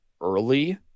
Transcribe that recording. early